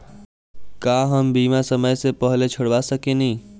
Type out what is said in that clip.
का हम बीमा समय से पहले छोड़वा सकेनी?